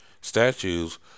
statues